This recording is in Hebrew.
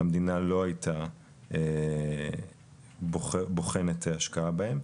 המדינה לא הייתה בוחנת השקעה בהם.